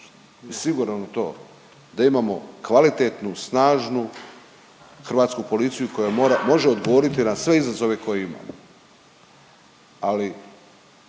siguran u to da imamo kvalitetnu, snažnu hrvatsku policiju koja može odgovoriti na sve izazove koje ima, ali